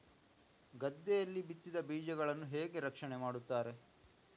ಗದ್ದೆಯಲ್ಲಿ ಬಿತ್ತಿದ ಬೀಜಗಳನ್ನು ಹೇಗೆ ರಕ್ಷಣೆ ಮಾಡುತ್ತಾರೆ?